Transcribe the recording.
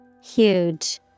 Huge